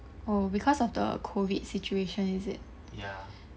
oh because of the COVID situation is it